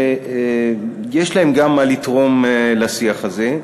שגם יש להן מה לתרום לשיח הזה.